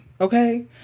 okay